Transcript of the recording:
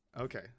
okay